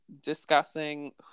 discussing